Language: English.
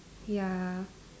ya